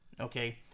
Okay